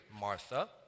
Martha